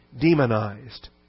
demonized